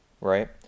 right